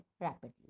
rapidly